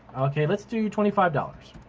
okay, let's do twenty five dollars.